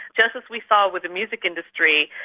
just as we saw with the music industry,